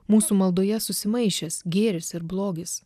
mūsų maldoje susimaišęs gėris ir blogis